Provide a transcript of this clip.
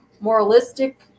moralistic